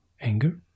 anger